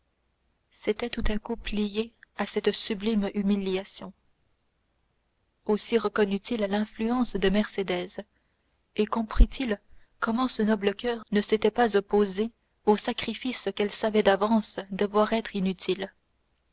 s'était tout à coup pliée à cette subite humiliation aussi reconnut il l'influence de mercédès et comprit-il comment ce noble coeur ne s'était pas opposé au sacrifice qu'elle savait d'avance devoir être inutile